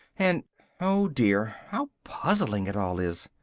and oh dear! how puzzling it all is!